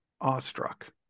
awestruck